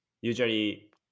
usually